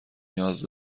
نیاز